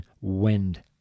wind